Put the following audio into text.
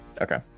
Okay